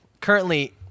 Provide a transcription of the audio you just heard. Currently